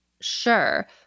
sure